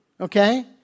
Okay